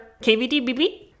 KVDBB